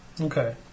Okay